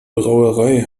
brauerei